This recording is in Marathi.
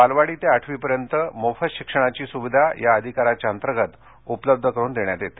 बालवाडी ते आठवी पर्यंत मोफत शिक्षणाची सुविधा या अधिकारांतर्गत उपलब्ध करून देण्यात येते